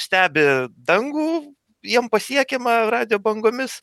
stebi dangų jiem pasiekiamą radijo bangomis